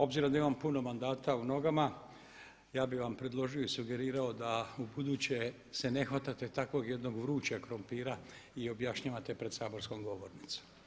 Obzirom da imam puno mandata u nogama ja bih vam predložio i sugerirao da ubuduće se ne hvatate takvog jednog vrućeg krumpira i objašnjavate pred saborskom govornicom,